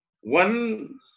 One